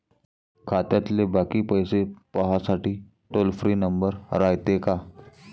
खात्यातले बाकी पैसे पाहासाठी टोल फ्री नंबर रायते का?